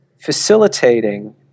facilitating